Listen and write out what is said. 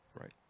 right